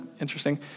interesting